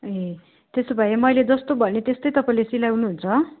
ए त्यसो भए मैले जस्तो भन्यो त्यस्तै तपाईँले सिलाउनु हुन्छ